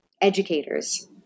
educators